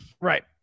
Right